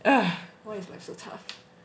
ugh why is life so tough